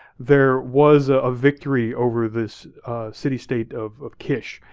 there was a ah victory over this city-state of of kish.